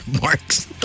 marks